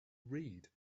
read